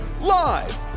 live